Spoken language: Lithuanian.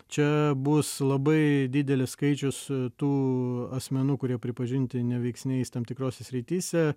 čia bus labai didelis skaičius tų asmenų kurie pripažinti neveiksniais tam tikrose srityse